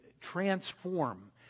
transform